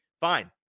Fine